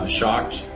shocked